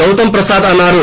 గౌతమ్ ప్రసాద్ అన్నారు